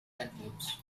adverbs